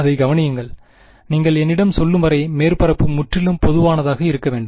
அதைக் கவனியுங்கள் நீங்கள் என்னிடம் சொல்லும் வரை மேற்பரப்பு முற்றிலும் பொதுவானதாக இருக்க வேண்டும்